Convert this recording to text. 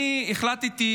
אני החלטתי,